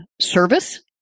service